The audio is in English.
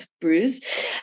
bruise